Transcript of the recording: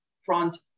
front